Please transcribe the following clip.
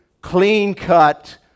clean-cut